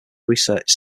research